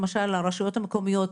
למשל הרשויות המקומיות,